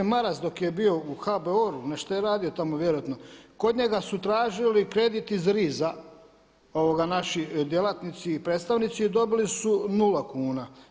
Maras dok je bio u HBOR-u nešto je radio tamo vjerojatno, kod njega su tražili kredit iz RIZ-a naši djelatnici i predstavnici i dobili su nula kuna.